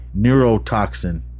neurotoxin